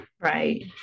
Right